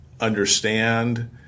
understand